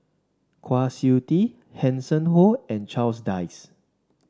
Kwa Siew Tee Hanson Ho and Charles Dyce